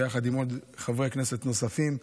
ביחד עם חברי כנסת נוספים,